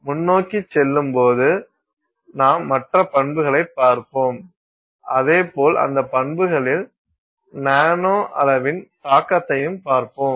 முன்னோக்கிச் செல்லும்போது நாம் மற்ற பண்புகளைப் பார்ப்போம் அதேபோல் அந்த பண்புகளில் நானோ அளவின் தாக்கத்தையும் பார்ப்போம்